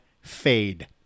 fade